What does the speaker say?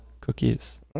cookies